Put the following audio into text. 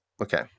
Okay